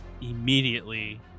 immediately